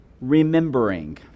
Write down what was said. remembering